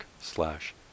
slash